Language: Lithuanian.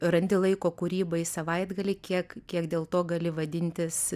randi laiko kūrybai savaitgalį kiek kiek dėl to gali vadintis